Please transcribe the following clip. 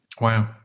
Wow